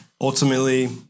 ultimately